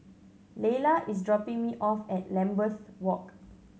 Leyla is dropping me off at Lambeth Walk